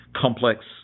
complex